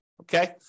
okay